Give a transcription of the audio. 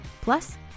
plus